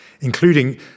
including